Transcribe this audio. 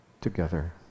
together